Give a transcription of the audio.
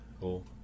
Cool